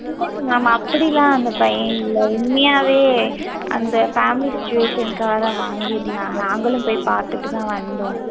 இல்லங்க மேம் அப்படிலாம் அந்த பையன் இல்லை உண்மையாகவே அந்த ஃபேமிலி சுச்சுவேஷன்காக தான் வாங்கியிருந்தான் நாங்களும் போய் பார்த்துட்டு தான் வந்தோம்